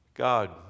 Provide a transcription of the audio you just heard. God